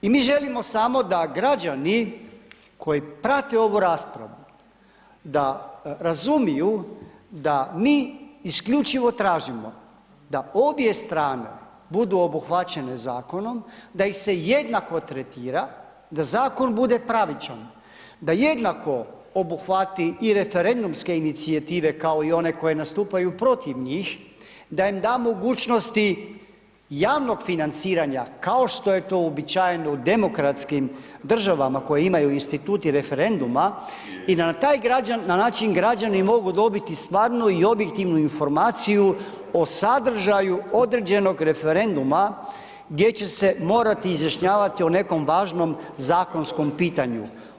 I mi želimo samo da građani koji prate ovu raspravu, da razumiju da mi isključivo tražimo da obje strane budu obuhvaćene Zakonom, da ih se jednako tretira, da Zakon bude pravičan, da jednako obuhvati i referendumske inicijative kao i one koji nastupaju protiv njih, da im da mogućnosti javnog financiranja kao što je to uobičajeno u demokratskim državama koje imaju institut i referenduma, i na taj način građani mogu dobiti stvarno i objektivnu informaciju o sadržaju određenog referenduma gdje će se morati izjašnjavati o nekom važnom zakonskom pitanju.